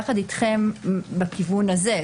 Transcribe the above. יחד אתכם בכיוון הזה.